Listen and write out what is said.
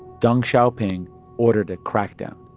deng xiaoping ordered a crackdown.